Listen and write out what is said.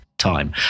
time